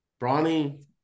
Bronny